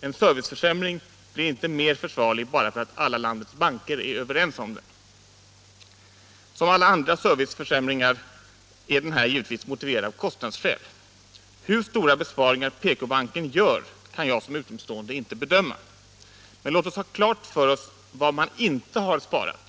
En serviceförsämring blir inte mer försvarlig bara för att alla landets banker är överens om den. Som alla andra serviceförsämringar är den här givetvis motiverad av kostnadsskäl. Hur stora besparingar PK-banken gör kan jag som utomstående inte bedöma. Men låt oss ha klart för oss vad man inte har sparat.